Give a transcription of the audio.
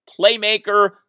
playmaker